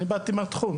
שהרי אני מגיע מהתחום.